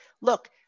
Look